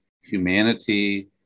humanity